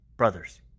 brothers